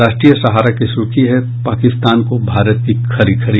राष्ट्रीय सहारा की सुर्खी है पाकिस्तान को भारत की खरी खरी